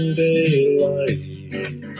daylight